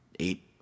Eight